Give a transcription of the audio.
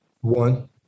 One